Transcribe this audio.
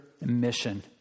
mission